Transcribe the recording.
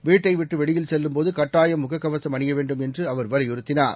வீட்டைவிட்டுவெளியில் செல்லும் போதுகட்டாயம் முகக் கவசம் அணியவேண்டும் என்றஅவர் வலியறுத்தினார்